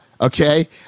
okay